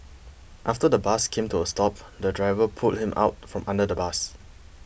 after the bus came to a stop the driver pulled him out from under the bus